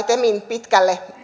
temin pitkälle